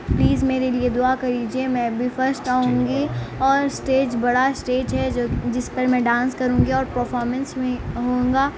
please میرے لیے دعا کر لیجیے میں بھی فسٹ آؤں گی اور اسٹیج بڑا اسٹیج ہے جو جس پر میں ڈانس کروں گی اور پرفارمینس میں ہوں گا